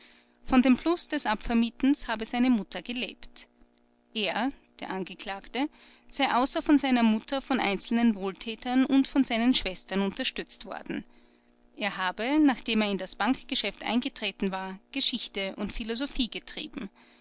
von dem plus des abvermietens habe seine mutter gelebt er angekl sei außer von seiner mutter von einzelnen wohltätern und von seinen schwestern unterstützt worden er habe nachdem er in das bankgeschäft eingetreten war geschichte und philosophie getrieben